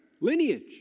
lineage